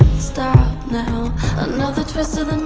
stop, now another twist of and